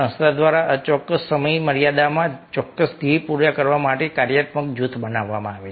સંસ્થા દ્વારા અચોક્કસ સમયમર્યાદામાં ચોક્કસ ધ્યેયો પૂરા કરવા માટે કાર્યાત્મક જૂથ બનાવવામાં આવે છે